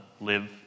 live